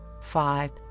five